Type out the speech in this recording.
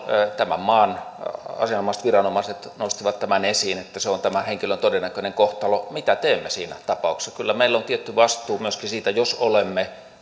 tämän maan asianomaiset viranomaiset nostivat tämän esiin että se on tämän henkilön todennäköinen kohtalo mitä teemme siinä tapauksessa kyllä meillä on tietty vastuu myöskin siitä jos olemme